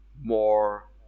more